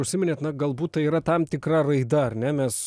užsiminėt na galbūt tai yra tam tikra raida ar ne mes